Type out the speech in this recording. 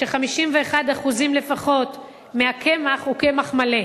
ש-51% לפחות מהקמח הוא קמח מלא.